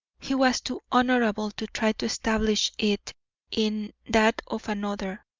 he was too honourable to try to establish it in that of another.